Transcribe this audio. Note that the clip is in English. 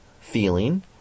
feeling